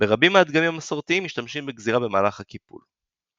ברבים מהדגמים המסורתיים משתמשים בגזירה במהלך הקיפול.